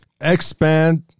expand